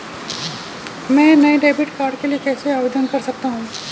मैं नए debit card के लिए कैसे आवेदन कर सकता हूँ?